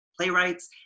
playwrights